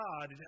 God